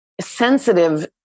sensitive